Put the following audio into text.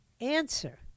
answer